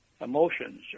emotions